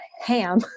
ham